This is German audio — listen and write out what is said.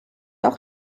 auch